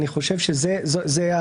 אני חושב שזה מה